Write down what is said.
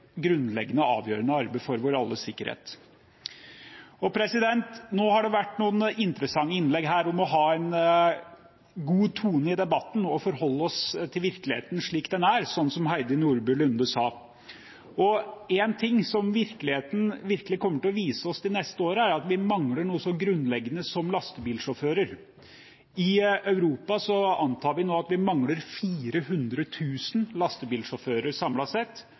grunnleggende og avgjørende arbeid for vår alles sikkerhet. Nå har det vært noen interessante innlegg her om å ha en god tone i debatten og forholde seg til virkeligheten slik den er, som Heidi Nordby Lunde sa. En ting som virkeligheten kommer til å vise oss de neste årene, er at vi mangler noe så grunnleggende som lastebilsjåfører. I Europa antar man at man mangler 400 000 lastebilsjåfører samlet sett,